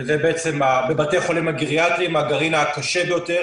שזה בעצם בבתי החולים הגריאטריים הגרעין הקשה ביותר,